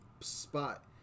spot